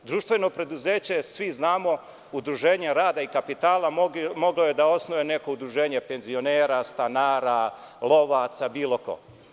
Društveno preduzeće je, svi znamo, udruženje rada i kapitala i moglo je da ga osnuje neko udruženje penzionera, stanara, lovaca, bilo ko.